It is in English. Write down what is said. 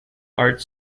arts